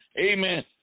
Amen